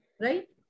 right